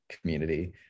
community